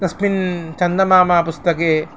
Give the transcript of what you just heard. तस्मिन् चन्दमामा पुस्तके